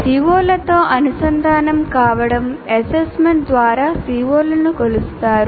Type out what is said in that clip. CO లతో అనుసంధానం కావడం assessment ద్వారా CO లను కొలుస్తారు